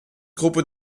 gruppe